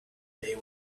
day